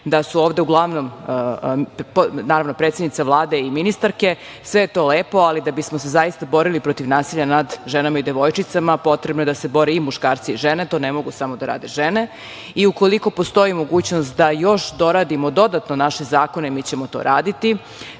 da su ovde uglavnom, naravno predsednica vlade i ministarke, sve je to lepo, ali da bismo se zaista borili protiv nasilja nad ženama i devojčicama, potrebno je da se bore i muškarci i žene to ne mogu samo da rade žene, i ukoliko postoji mogućnost da još doradimo dodatno naše zakone, mi ćemo to raditi. Mi